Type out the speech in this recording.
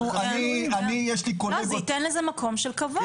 זה ייתן לזה מקום של כבוד.